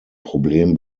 problem